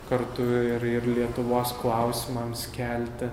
kartu ir ir lietuvos klausimams kelti